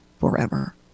forever